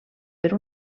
per